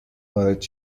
وارد